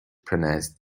pronounced